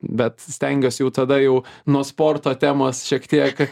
bet stengiuos jau tada jau nuo sporto temos šiek tiek